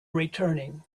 returning